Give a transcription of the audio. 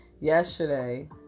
yesterday